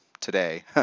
today